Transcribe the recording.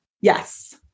Yes